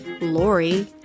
Lori